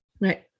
Right